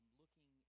looking